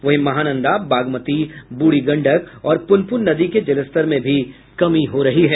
वहीं महानंदा बागमती बूढ़ी गंडक और पुनपुन नदी के जलस्तर में कमी हो रही है